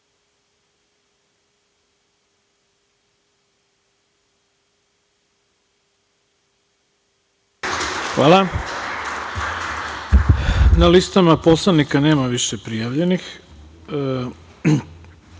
Hvala. Na listama poslanika nema više prijavljenih. Ko